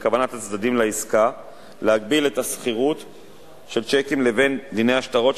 כוונת הצדדים לעסקה להגביל את הסחירות של צ'קים לבין דיני השטרות,